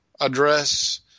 address